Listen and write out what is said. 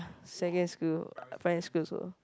secondary school primary school also